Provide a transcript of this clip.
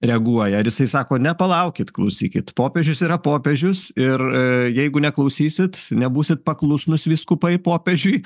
reaguoja ar jisai sako ne palaukit klausykit popiežius yra popiežius ir a jeigu neklausysit nebūsit paklusnūs vyskupai popiežiui